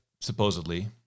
supposedly